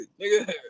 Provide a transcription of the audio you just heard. nigga